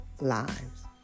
lives